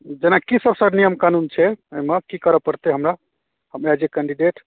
जेना किसब सर नियम कानून छै एहिमे कि करऽ पड़तै हमरा अपना एज ए कैन्डिडेट